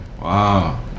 Wow